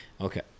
Okay